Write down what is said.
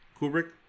Kubrick